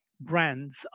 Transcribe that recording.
brands